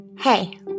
Hey